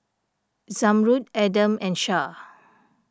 Zamrud Adam and Shah